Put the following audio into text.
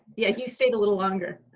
yeah, you stayed a little longer.